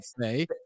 say